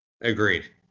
Agreed